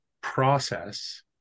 process